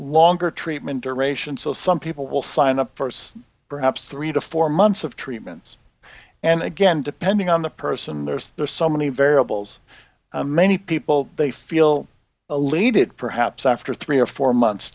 longer treatment duration so some people will sign up for perhaps three to four months of treatments and again depending on the person there's there are so many variables many people they feel a lead it perhaps after three or four months